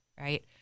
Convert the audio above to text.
right